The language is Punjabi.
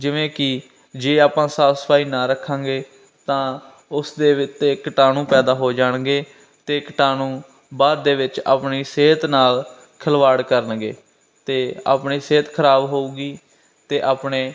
ਜਿਵੇਂ ਕਿ ਜੇ ਆਪਾਂ ਸਾਫ ਸਫਾਈ ਨਾ ਰੱਖਾਂਗੇ ਤਾਂ ਉਸ ਦੇ ਵਿੱਚ ਤਾਂ ਕੀਟਾਣੂ ਪੈਦਾ ਹੋ ਜਾਣਗੇ ਅਤੇ ਕੀਟਾਣੂ ਬਾਅਦ ਦੇ ਵਿੱਚ ਆਪਣੀ ਸਿਹਤ ਨਾਲ ਖਿਲਵਾੜ ਕਰਨਗੇ ਅਤੇ ਆਪਣੀ ਸਿਹਤ ਖਰਾਬ ਹੋਊਗੀ ਅਤੇ ਆਪਣੇ